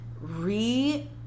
Re